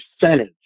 percentage